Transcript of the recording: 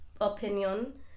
Opinion